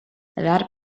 that